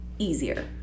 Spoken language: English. easier